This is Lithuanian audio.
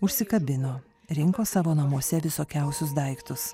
užsikabino rinko savo namuose visokiausius daiktus